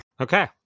okay